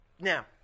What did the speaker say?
Now